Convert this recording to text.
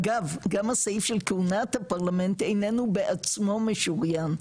אגב גם הסעיף של כהונת הפרלמנט איננו בעצמו משוריין,